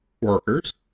workers